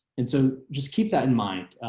and so just keep that in mind.